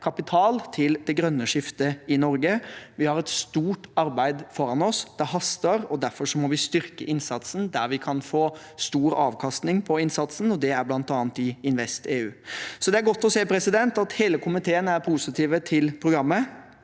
kapital til det grønne skiftet i Norge. Vi har et stort arbeid foran oss. Det haster. Derfor må vi styrke innsatsen der vi kan få stor avkastning på innsatsen, og det er bl.a. i InvestEU. Det er godt å se at hele komiteen er positiv til programmet.